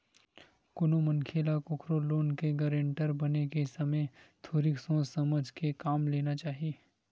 कोनो मनखे ल कखरो लोन के गारेंटर बने के समे थोरिक सोच समझ के काम लेना चाही